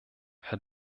herr